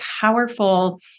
powerful